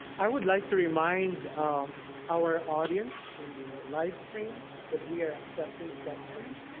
i would like to remind our audience in the live stream that we are accepting questions.